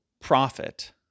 profit